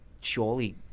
surely